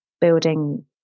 building